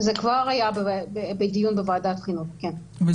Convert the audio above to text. זה כבר היה בדיון בוועדת חינוך, כן.